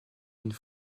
une